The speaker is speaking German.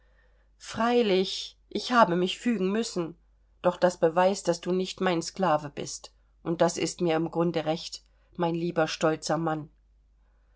freilich ich habe mich fügen müssen doch das beweist daß du nicht mein sklave bist und das ist mir im grunde recht mein lieber stolzer mann